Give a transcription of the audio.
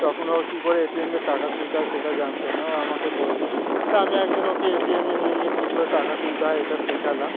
তখন ও কী করে এ টি এম থেকে টাকা তুলতে হয় সেটা জানত না ও আমাকে বলল তা আমি একদিন ওকে এ টি এমে নিয়ে গিয়ে কী করে টাকা তুলতে হয় এটা শেখালাম